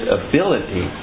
ability